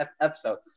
episode